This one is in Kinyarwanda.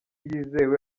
yizewe